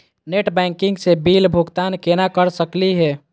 Net banking स bill भुगतान केना कर सकली हे?